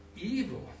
evil